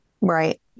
right